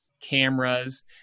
cameras